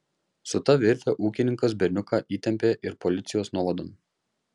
su ta virve ūkininkas berniuką įtempė ir policijos nuovadon